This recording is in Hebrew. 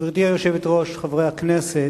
גברתי היושבת-ראש, חברי הכנסת,